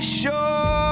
sure